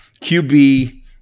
QB